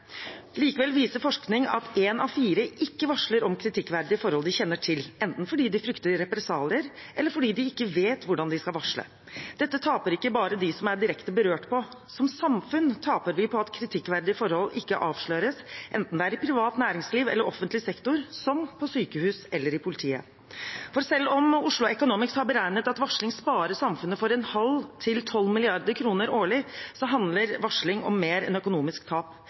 Likevel viser forskning at én av fire ikke varsler om kritikkverdige forhold de kjenner til, enten fordi de frykter represalier, eller fordi de ikke vet hvordan de skal varsle. Dette taper ikke bare de som er direkte berørt, på. Som samfunn taper vi på at kritikkverdige forhold ikke avsløres, enten det er i privat næringsliv eller i offentlig sektor, som på sykehus eller i politiet. For selv om Oslo Economics har beregnet at varsling sparer samfunnet for en halv til tolv milliarder kroner årlig, handler varsling om mer enn økonomisk tap.